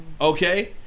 okay